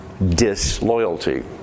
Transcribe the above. disloyalty